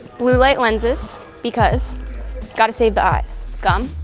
blue-light lenses because gotta save the eyes. gum,